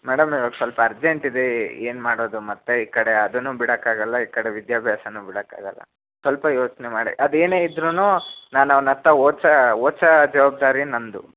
madam ಇವಾಗ ಸ್ವಲ್ಪ urgent ಇದೆ ಏನು ಮಾಡೋದು ಮತ್ತು ಈ ಕಡೆ ಅದನ್ನೂ ಬಿಡೋಕ್ಕಾಗಲ್ಲ ಈ ಕಡೆ ವಿದ್ಯಾಭ್ಯಾಸನೂ ಬಿಡೋಕ್ಕಾಗಲ್ಲ ಸ್ವಲ್ಪ ಯೋಚನೆ ಮಾಡಿ ಅದು ಏನೇ ಇದ್ರೂ ನಾನು ಅವ್ನ ಹತ್ರ ಓದ್ಸೋ ಓದಿಸೋ ಜವಾಬ್ದಾರಿ ನನ್ನದು